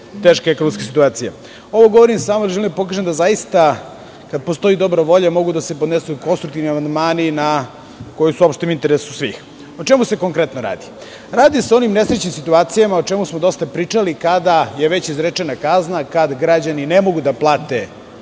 teška ekonomska situacija. Ovo govorim jer želim da pokažem da postoji dobra volja. Mogu da se podnesu konstruktivni amandmani koji su u opštem interesu svih.O čemu se konkretno radi? radi se o nesrećnim situacijama, o čemu smo dosta pričali, kada je već izrečena kazna, kada građani ne mogu da plate